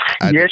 yes